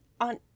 on